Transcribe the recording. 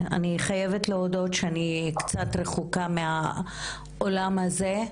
אני חייבת להודות שאני קצת רחוקה מהעולם הזה.